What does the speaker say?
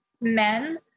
men